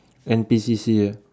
N_P_C_C ah